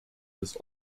des